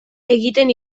egiten